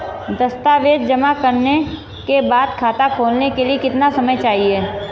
दस्तावेज़ जमा करने के बाद खाता खोलने के लिए कितना समय चाहिए?